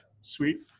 Sweet